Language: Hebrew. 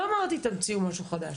לא אמרתי תמציאו משהו חדש,